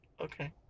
Okay